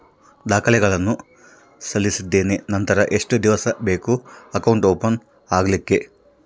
ದಾಖಲೆಗಳನ್ನು ಸಲ್ಲಿಸಿದ್ದೇನೆ ನಂತರ ಎಷ್ಟು ದಿವಸ ಬೇಕು ಅಕೌಂಟ್ ಓಪನ್ ಆಗಲಿಕ್ಕೆ?